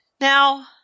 Now